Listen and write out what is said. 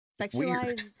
Sexualized